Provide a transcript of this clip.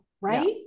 right